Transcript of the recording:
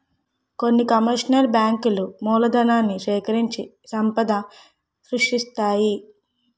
కొన్ని కమర్షియల్ బ్యాంకులు మూలధనాన్ని సేకరించి సంపద సృష్టిస్తాయి